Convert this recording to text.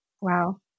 Wow